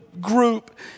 group